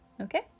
Okay